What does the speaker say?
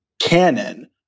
canon